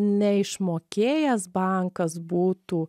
neišmokėjęs bankas būtų